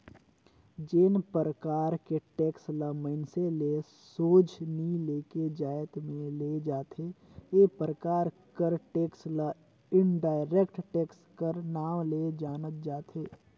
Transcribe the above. जेन परकार के टेक्स ल मइनसे ले सोझ नी लेके जाएत में ले जाथे ए परकार कर टेक्स ल इनडायरेक्ट टेक्स कर नांव ले जानल जाथे